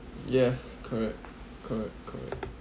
yes correct correct correct